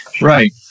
Right